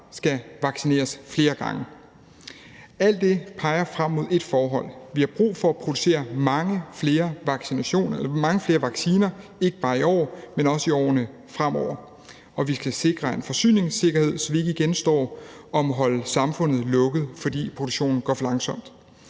skal vaccineres flere gange. Alt det peger frem mod ét forhold: Vi har brug for at producere mange flere vacciner, ikke bare i år, men også i årene fremover, og vi skal sikre en forsyningssikkerhed, så vi ikke igen står og må holde samfundet lukket, fordi produktionen går for langsomt.